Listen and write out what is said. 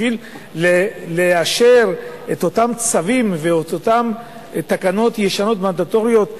בשביל לאשר את אותם צווים ואת אותן תקנות ישנות מנדטוריות,